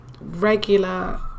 regular